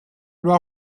loi